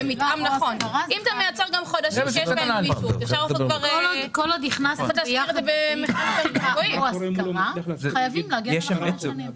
ו-27.5 אחוזים לגבי הכנסה שחלות לגביה הוראות סעיף 121 לפקודה,